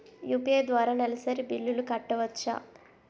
UPI ద్వారా నెలసరి బిల్లులు కట్టవచ్చా?